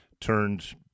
turned